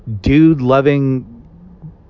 dude-loving